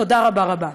תודה רבה רבה.